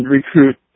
recruit